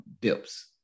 dips